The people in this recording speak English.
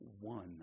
one